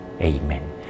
Amen